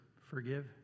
forgive